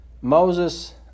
Moses